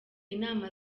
inama